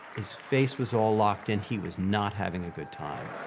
his face was all locked in, he was not having a good time.